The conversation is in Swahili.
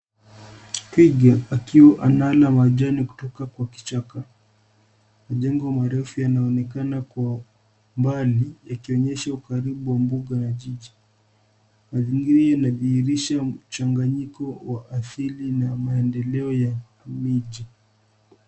Twiga, akiwa anala majani kutoka kwa kichaka. Majengo marefu yanaonekana kwa umbali, yakionyesha ukaribu wa mbuga ya jiji. Mazingira inadhihirisha mchanganyiko wa asili na maendeleo ya miji.